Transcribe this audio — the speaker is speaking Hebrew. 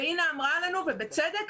אינה אמרה לנו ובצדק,